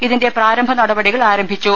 ഇതിന്റെ പ്രാരംഭ നടപടികൾ ആരംഭിച്ചു